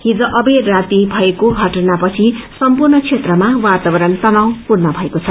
हिज अबेर राती भएको षटनापछि सम्पूर्ण क्षेत्रमा वातावरण तनावपूर्ण भएको छ